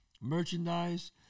merchandise